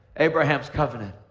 abraham's covenant.